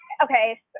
Okay